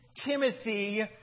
Timothy